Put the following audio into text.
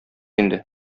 инде